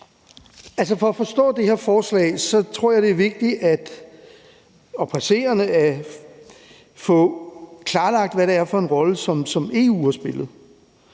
For at forstå det her forslag tror jeg, det er vigtigt og presserende at få klarlagt, hvad det er for en rolle, EU har spillet.